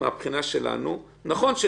--- אבל זה גם מה שיש היום במאגרים שהמשטרה יכולה